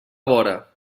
vora